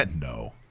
No